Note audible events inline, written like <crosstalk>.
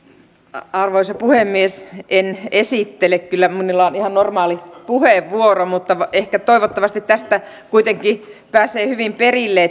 arvoisa puhemies en esittele kyllä minulla on ihan normaali puheenvuoro mutta ehkä toivottavasti tästä kuitenkin pääsee hyvin perille <unintelligible>